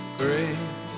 great